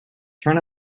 turn